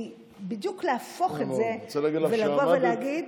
היא בדיוק להפוך את זה ולבוא ולהגיד,